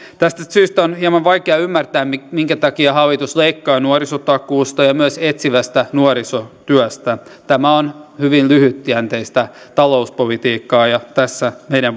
tästä tästä syystä on hieman vaikea ymmärtää minkä takia hallitus leikkaa nuorisotakuusta ja myös etsivästä nuorisotyöstä tämä on hyvin lyhytjänteistä talouspolitiikkaa ja tässä meidän